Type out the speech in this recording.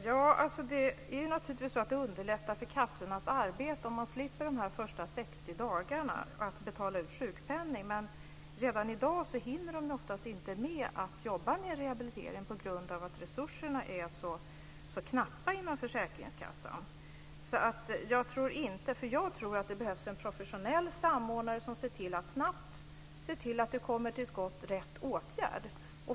Fru talman! Naturligtvis underlättar det för kassorna om de slipper betala ut sjukpenning för de första 60 dagarna. Men redan i dag hinner de oftast inte med att arbeta med rehabilitering på grund av att resurserna är så knappa inom försäkringskassorna. Jag tror att det behövs en professionell samordnare som snabbt ser till att rätt åtgärd kommer till skott.